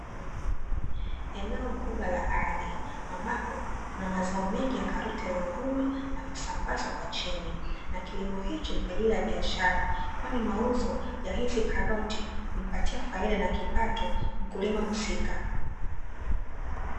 Eneo kubwa la ardhi, ambapo kuna mazao mengi ya karoti yaliyovunwa na kusambazwa kwa chini na kilimo hichi ni kwa ajili ya biashara, kwani mauzo ya hizi karoti humpatia faida na kipato mkulima husika.